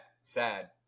sad